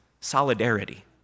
solidarity